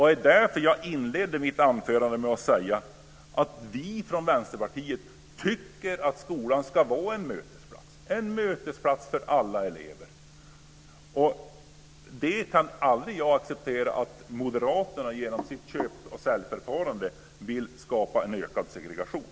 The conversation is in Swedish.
Det var därför jag inledde mitt anförande med att säga att vi från Vänsterpartiet tycker att skolan ska vara en mötesplats för alla elever. Jag kan aldrig acceptera att Moderaterna genom sitt köp-säljförfarande vill skapa en ökad segregation.